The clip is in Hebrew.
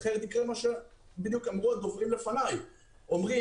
אחרת יקרה מה שבדיוק אמרו הדוברים לפני: אומרים